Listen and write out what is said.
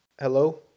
Hello